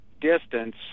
distance